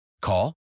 Call